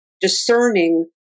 discerning